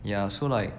ya so like